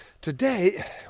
Today